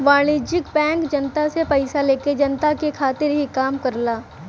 वाणिज्यिक बैंक जनता से पइसा लेके जनता के खातिर ही काम करला